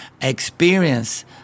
experience